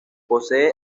posee